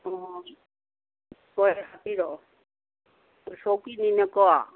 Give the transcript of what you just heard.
ꯑꯣ ꯍꯣꯏ ꯍꯥꯄꯤꯔꯛꯑꯣ ꯎꯁꯣꯞꯀꯤꯅꯤꯅꯀꯣ